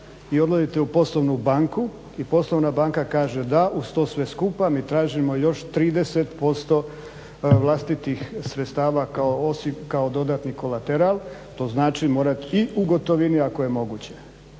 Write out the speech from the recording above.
i odlazite u poslovnu banku i poslovna banka kaže da uz to sve skupa mi tražimo još 30% vlastitih sredstava osim kao dodatni kolateral i u gotovini ako je moguće.